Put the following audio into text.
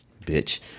Bitch